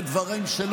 אלה הדברים שלו.